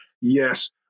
Yes